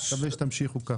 אני לוקח את זה כברכה.